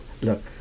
look